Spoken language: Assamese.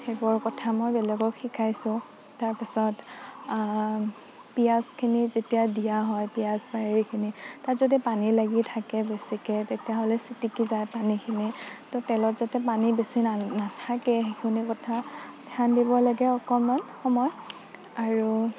সেইবোৰ কথা মই বেলেগক শিকাইছো তাৰপিছত পিয়াঁজখিনি যেতিয়া দিয়া হয় পিয়াঁজ খিনি তাত যদি পানী লাগি থাকে বেছিকে তেতিয়াহ'লে ছিটিকি যায় পানীখিনি তলত যাতে পানী বেছি না নাথাকে সেইখিনি কথা ধ্যান দিব লাগে অকণমান আৰু